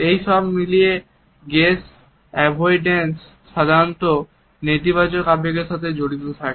এবং সব মিলিয়ে গেজ অ্যাভয়েডান্স সাধারণত নেতিবাচক আবেগের সাথে জড়িত থাকে